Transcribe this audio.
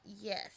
yes